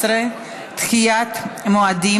11) (דחיית מועדים),